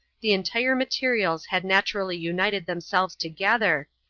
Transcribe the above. the entire materials had naturally united themselves together,